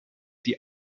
die